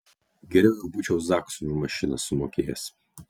geriau jau būčiau zaksui už mašiną sumokėjęs